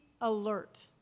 alert